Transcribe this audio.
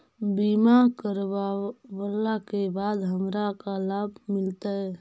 बीमा करवला के बाद हमरा का लाभ मिलतै?